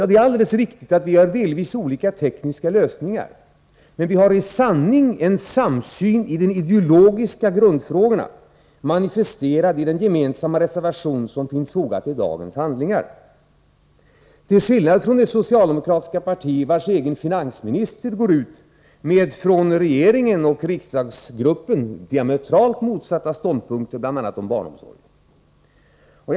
Det är alldeles riktigt att vi har delvis olika tekniska lösningar, men vi har — till skillnad från det socialdemokratiska partiet, vars egen finansminister går ut med i förhållande till regeringen och riksdagsgruppen diametralt motsatta stånd punkter om bl.a. barnomsorgen — i sanning en samsyn i de ideologiska grundfrågorna, manifesterad i den gemensamma reservation som finns fogad till socialutskottets betänkande 35.